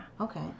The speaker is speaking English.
Okay